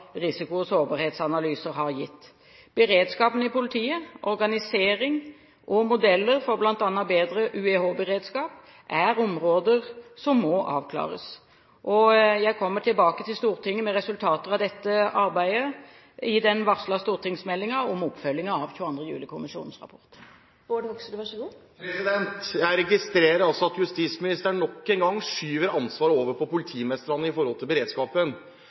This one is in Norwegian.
risiko- og sårbarhetsanalyse har gitt. Beredskapen i politiet, organisering og modeller for bl.a. bedre UEH-beredskap er områder som må avklares. Jeg kommer tilbake til Stortinget med resultater av dette arbeidet i den varslede stortingsmeldingen om oppfølging av 22. juli-kommisjonens rapport. Jeg registrerer at justisministeren nok en gang skyver ansvaret for beredskapen over på politimestrene. I Telemark har man nå færre operative politifolk ute til